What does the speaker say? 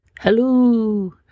Hello